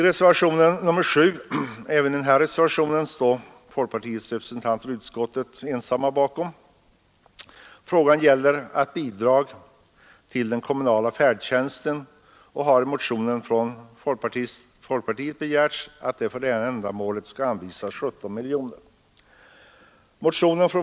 Reservationen 7 — även den står folkpartiets representanter i utskottet ensamma bakom =— gäller bidrag till den kommunala färdtjänsten. I motion från folkpartiet har begärts att det för detta ändamål skall anvisas 17 miljoner kronor.